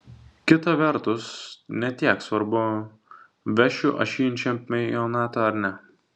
kita vertus ne tiek svarbu vešiu aš jį į čempionatą ar ne